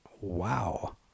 wow